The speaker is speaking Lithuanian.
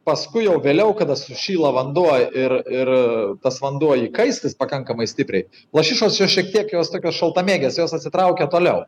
paskui jau vėliau kada sušyla vanduo ir ir tas vanduo įkaista pakankamai stipriai lašišos jos šiek tiek jos tokios šaltamėgės jos atsitraukia toliau